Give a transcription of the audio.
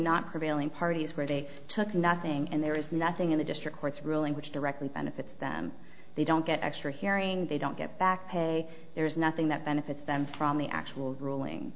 prevailing parties where they took nothing and there is nothing in the district court's ruling which directly benefits them they don't get extra hearing they don't get back pay there's nothing that benefits them from the actual ruling